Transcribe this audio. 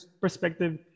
perspective